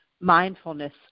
mindfulness